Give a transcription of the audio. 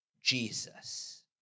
Jesus